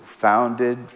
founded